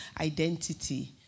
identity